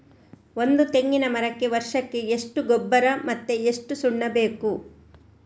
ಒಂದು ತೆಂಗಿನ ಮರಕ್ಕೆ ವರ್ಷಕ್ಕೆ ಎಷ್ಟು ಗೊಬ್ಬರ ಮತ್ತೆ ಎಷ್ಟು ಸುಣ್ಣ ಬೇಕು?